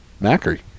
Macri